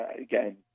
again